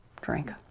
drink